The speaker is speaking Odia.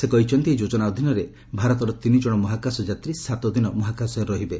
ସେ କହିଛନ୍ତି ଏହି ଯୋଜନା ଅଧୀନରେ ଭାରତର ତିନି କଣ ମହାକାଶ ଯାତ୍ରୀ ସାତ ଦିନ ମହାକାଶରେ ରହିବେ